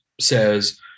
says